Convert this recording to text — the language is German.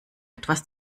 etwas